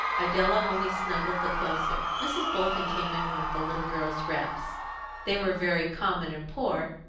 idella only snuggled the closer. mrs. bolton came in with the little girl's wraps they were very common and poor,